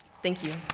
thank you.